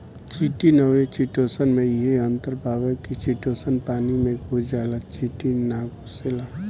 chitin अउरी chitosan में इहे अंतर बावे की चिटोसन पानी में घुल जाला चिटिन ना घुलेला